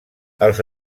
els